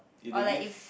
if they give